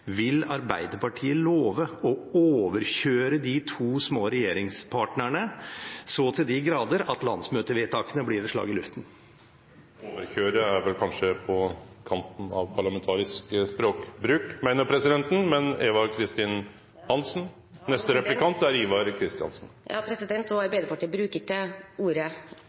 vil Arbeiderpartiet love å overkjøre de to små regjeringspartnerne så til de grader at landsmøtevedtakene blir et slag i luften? «Overkjøre» er vel kanskje på kanten av parlamentarisk språkbruk, meiner presidenten. Arbeiderpartiet bruker ikke det ordet. Det er ikke lov å bruke det overfor andre partier, bare så det er sagt. Til